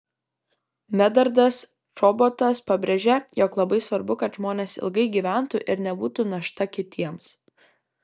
medardas čobotas pabrėžė jog labai svarbu kad žmonės ilgai gyventų ir nebūtų našta kitiems